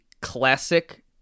classic